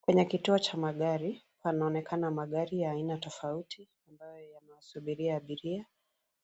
Kwenye kituo cha magari, panaonekana magari ya aina tofauti ambayo yamewasubiria abiria,